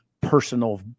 personal